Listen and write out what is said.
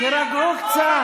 דוד, קטי, תירגעו קצת.